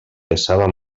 pesava